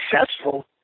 successful